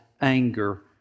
anger